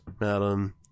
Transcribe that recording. madam